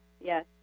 yes